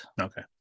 Okay